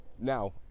Now